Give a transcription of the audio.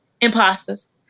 imposters